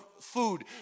food